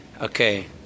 Okay